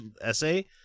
essay